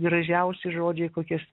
gražiausi žodžiai kokius